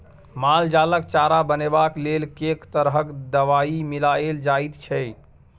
माल जालक चारा बनेबाक लेल कैक तरह दवाई मिलाएल जाइत छै